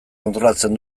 kontrolatzen